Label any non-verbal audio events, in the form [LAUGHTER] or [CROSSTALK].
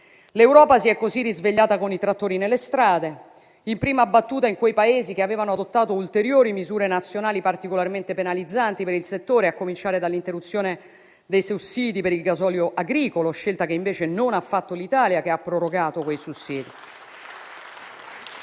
L'Europa si è così risvegliata con i trattori nelle strade, in prima battuta nei Paesi che avevano adottato ulteriori misure nazionali particolarmente penalizzanti per il settore, a cominciare dall'interruzione dei sussidi per il gasolio agricolo, scelta che invece non ha fatto l'Italia, che li ha prorogati. [APPLAUSE]